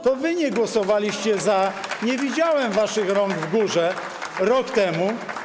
To wy nie głosowaliście ˝za˝, nie widziałem waszych rąk w górze rok temu.